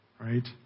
Right